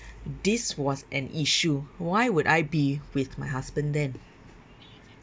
this was an issue why would I be with my husband then